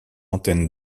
antenne